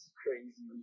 crazy